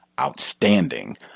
Outstanding